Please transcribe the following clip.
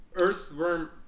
Earthworm